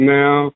now